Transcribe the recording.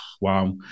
wow